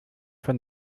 von